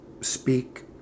speak